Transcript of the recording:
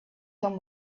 some